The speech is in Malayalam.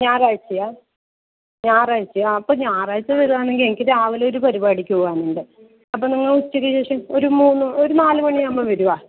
ഞായറാഴ്ചയോ ഞായറാഴ്ചയോ അപ്പം ഞായറാഴ്ച വരുവാണെങ്കിൽ എനിക്ക് രാവിലെ ഒരു പരിപാടിക്ക് പോവാനുണ്ട് അപ്പോൾ നിങ്ങൾ ഉച്ചക്ക് ശേഷം ഒരു മൂന്ന് ഒരു നാല് മണിയാകുമ്പോൾ വരുമോ